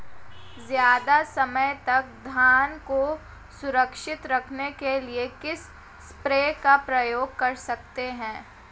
ज़्यादा समय तक धान को सुरक्षित रखने के लिए किस स्प्रे का प्रयोग कर सकते हैं?